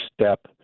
step